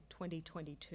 2022